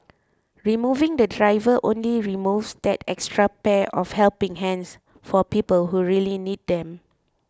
removing the driver only removes that extra pair of helping hands for people who really need them